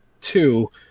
Two